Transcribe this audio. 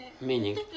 Meaning